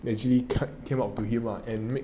they actually came up to him lah and